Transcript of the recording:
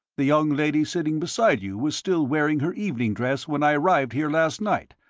the young lady sitting beside you was still wearing her evening dress when i arrived here last night.